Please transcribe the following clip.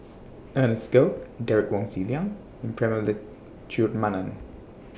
Ernest Goh Derek Wong Zi Liang and Prema Letchumanan